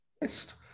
best